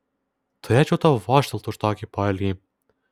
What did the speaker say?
turėčiau tau vožtelt už tokį poelgį